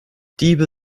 diebe